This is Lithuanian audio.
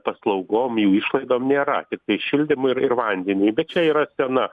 paslaugom jų išlaidom nėra tiktai šildymui ir ir vandeniui bet čia yra sena